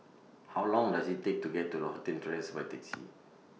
How Long Does IT Take to get to Lothian Terrace By Taxi